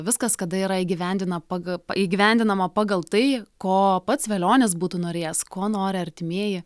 viskas kada yra įgyvendina paga įgyvendinama pagal tai ko pats velionis būtų norėjęs ko nori artimieji